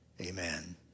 Amen